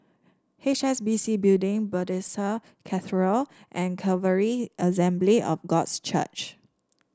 H S B C Building Bethesda Cathedral and Calvary Assembly of Gods Church